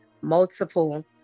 multiple